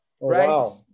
Right